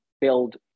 build